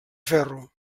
ferro